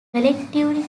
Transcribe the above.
collectively